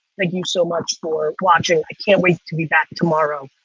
thank you so much for watching. i can't wait to be back tomorrow.